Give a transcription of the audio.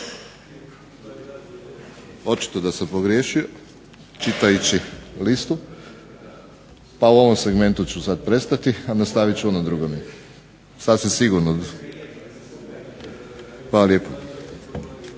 Očito da sam pogriješio čitajući listu, pa u ovom segmentu ću sada prestati, a nastavit ću u onom drugom, sasvim sigurno. Hvala lijepo.